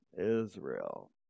Israel